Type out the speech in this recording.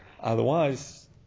otherwise